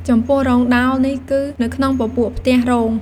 ចំពោះ រោងដោលនេះគឺនៅក្នុងពពួកផ្ទះ “រោង”។